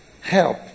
help